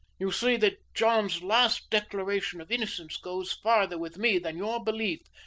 you see that john's last declaration of innocence goes farther with me than your belief,